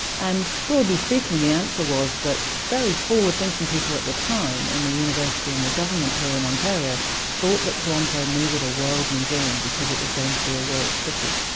and broadly speaking the answer was that very forward-thinking people at the time in the university and the government here in ontario thought that toronto needed a world museum because it was going to be a world city,